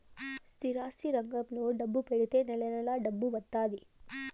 స్థిరాస్తి రంగంలో డబ్బు పెడితే నెల నెలా డబ్బు వత్తాది